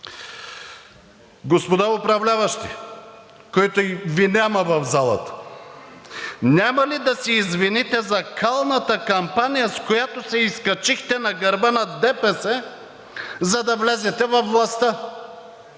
Господа управляващи, които Ви няма в залата, няма ли да се извините за калната кампания, с която се изкачихте на гърба на ДПС, за да влезете във властта?